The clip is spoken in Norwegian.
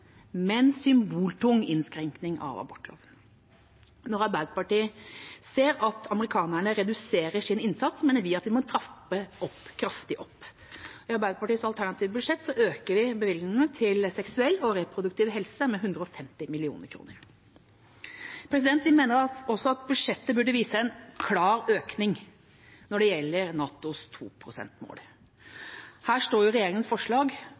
men symboltung, innskrenkning av abortloven. Når Arbeiderpartiet ser at amerikanerne reduserer sin innsats, mener vi at vi må trappe kraftig opp. I Arbeiderpartiets alternative budsjett øker vi bevilgningene til seksuell og reproduktiv helse med 150 mill. kr. Vi mener også at budsjettet burde vise en klar økning når det gjelder NATOs 2-prosentmål. Her står regjeringas forslag